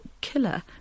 killer